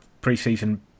pre-season